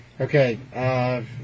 okay